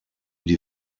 die